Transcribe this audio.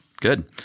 Good